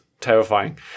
terrifying